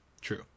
True